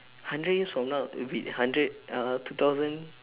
hundred years from now will be hundred uh two thousand